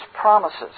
promises